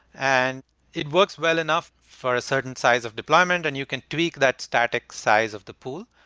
and it works well enough for a certain size of deployment and you can tweak that static size of the pool.